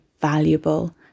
valuable